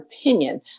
opinion